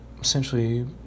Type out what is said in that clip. essentially